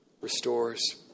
restores